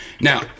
Now